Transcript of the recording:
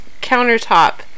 countertop